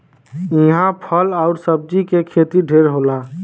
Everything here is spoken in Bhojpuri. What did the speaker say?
इहां फल आउर सब्जी के खेती ढेर होला